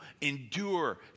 Endure